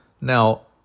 Now